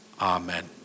Amen